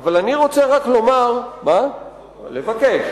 החוק אומר לבקש מרשות שופטת.